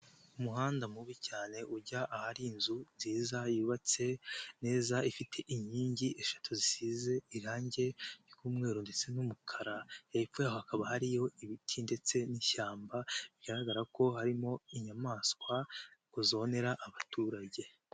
Umuhanda mubi cyane ujya ahari inzu nziza yubatse neza ifite inkingi eshatu zisize irangi ry'umweru ndetse n'umukara, hepfoye aha hakaba hariyo ibiti ndetse n'ishyamba bigaragara ko harimo inyamaswa ngo zonera abaturage.